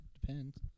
depends